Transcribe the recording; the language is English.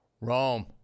Rome